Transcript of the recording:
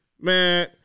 Man